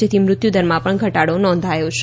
જેથી મૃત્યુદરમાં પણ ધટાડો નોંધાયો છે